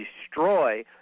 destroy